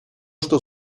что